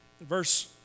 Verse